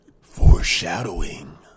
foreshadowing